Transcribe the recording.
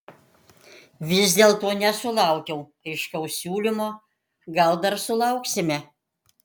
vis dėlto nesulaukiau aiškaus siūlymo gal dar sulauksime